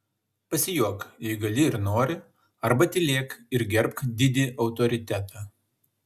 pasijuok jei gali ir nori arba tylėk ir gerbk didį autoritetą